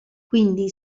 quindi